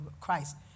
Christ